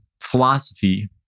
philosophy